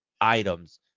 items